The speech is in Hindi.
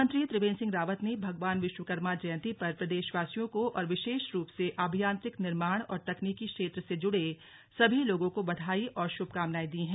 मुख्यमंत्री त्रिवेंद्र सिंह रावत ने भगवान विश्वकर्मा जयंती पर प्रदेशवासियों को और विशेष रूप से अभियांत्रिकी निर्माण और तकनीकी क्षेत्र से जुड़े सभी लोगों को बधाई और शुभकामनाएं दी हैं